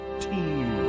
team